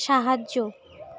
সাহায্য